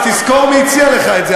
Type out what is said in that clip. אז תזכור מי הציע לך את זה,